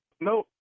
no